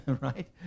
right